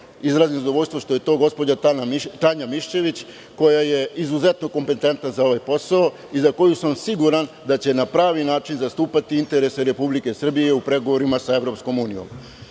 izrazim zadovoljstvo što je to gospođa Tanja Mišćević koja je izuzetno kompetentna za ovaj posao i za koji sam siguran da će na pravi način zastupati interese Republike Srbije u pregovorima sa EU.Takođe moram